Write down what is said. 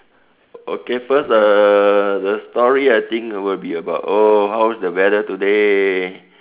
okay first err the story will be about oh how's the weather today